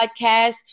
podcast